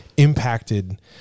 impacted